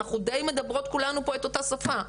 אנחנו די מדברות כולנו פה את אותה שפה,